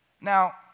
Now